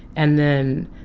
and then,